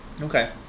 Okay